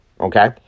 okay